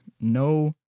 no